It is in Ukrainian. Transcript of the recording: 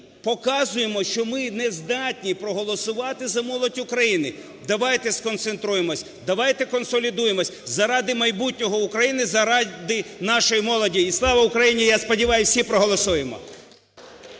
показуємо, що ми не здатні проголосувати за молодь України. Давайте сконцентруємось. Давайте консолідуємось заради майбутнього України, заради нашої молоді. І слава Україні! Я сподіваюсь, всі проголосуємо.